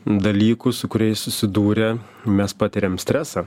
dalykų su kuriais susidūrę mes patiriam stresą